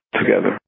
together